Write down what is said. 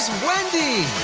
wendy.